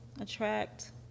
attract